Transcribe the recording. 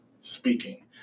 speaking